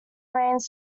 remains